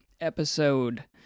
episode